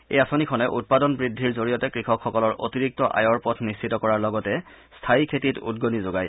এই আঁচনিখনে উৎপাদন বদ্ধিৰ জৰিয়তে কৃষকসকলৰ অতিৰিক্ত আয়ৰ পথ নিশ্চিত কৰাৰ লগতে স্থায়ী খেতিত উদগনি যোগায়